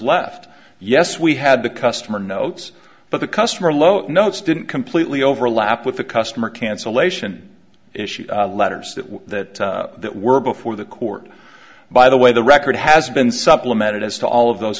left yes we had the customer notes but the customer low notes didn't completely overlap with the customer cancellation issue letters that were before the court by the way the record has been supplemented as to all of those